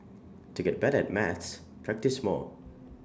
to get better maths practise more